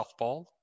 softball